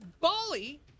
Bali